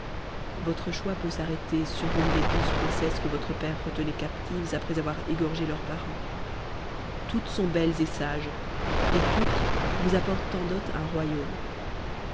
votre choix peut s'arrêter sur une des douze princesses que votre père retenait captives après avoir égorgé leurs parents toutes sont belles et sages et toutes vous apportent en dot un royaume